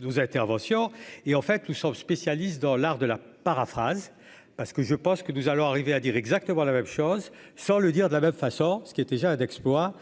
Nos interventions et en fait nous sommes spécialiste dans l'art de la paraphrases parce que je pense que nous allons arriver à dire exactement la même chose, sans le dire, de la même façon ce qui est déjà un exploit.